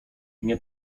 nie